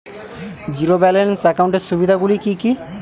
Zero balance একাউন্টের সুবিধা গুলি কি কি?